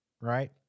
right